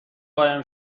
قایم